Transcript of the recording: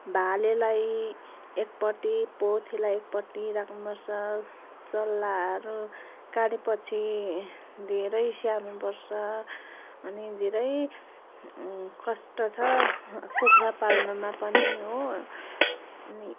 भालेलाई एकपट्टि पोथीलाई एकपट्टि राख्नुपर्छ चल्लाहरू काडेपछि धेरै स्याहार्नुपर्छ अनि धेरै कष्ट छ कुखुरा पाल्नुमा पनि हो अनि